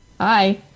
Hi